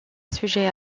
sujet